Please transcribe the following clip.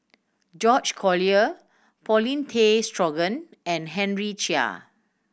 George Collyer Paulin Tay Straughan and Henry Chia